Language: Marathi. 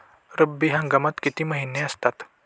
रब्बी हंगामात किती महिने असतात?